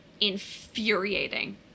infuriating